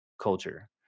culture